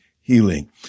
healing